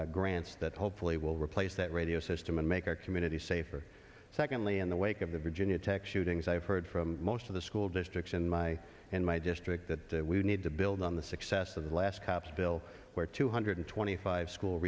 for grants that hopefully will replace that radio system and make our community safer secondly in the wake of the virginia tech shootings i have heard from most of the school districts in my and my district that we need to build on the success of the last cops bill where two hundred twenty five school